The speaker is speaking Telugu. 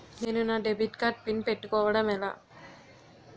నేను నా డెబిట్ కార్డ్ పిన్ పెట్టుకోవడం ఎలా?